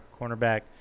cornerback